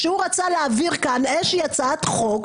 כשהוא רצה להעביר כאן איזושהי הצעת חוק,